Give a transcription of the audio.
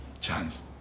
chance